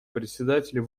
председатель